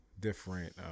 different